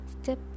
Step